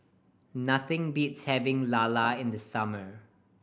nothing beats having lala in the summer